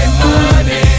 money